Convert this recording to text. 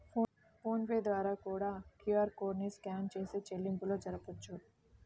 phone pay ద్వారా కూడా QR code ని స్కాన్ చేసి చెల్లింపులు జరపొచ్చు